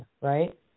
right